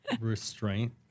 restraint